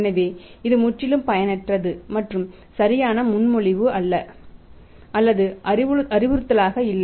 எனவே இது முற்றிலும் பயனற்றது மற்றும் சரியான முன்மொழிவு அல்லது அறிவுறுத்தலாக இல்லை